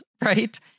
right